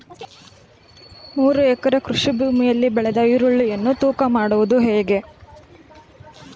ಮೂರು ಎಕರೆ ಕೃಷಿ ಭೂಮಿಯಲ್ಲಿ ಬೆಳೆದ ಈರುಳ್ಳಿಯನ್ನು ತೂಕ ಮಾಡುವುದು ಹೇಗೆ?